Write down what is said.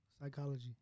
psychology